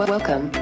Welcome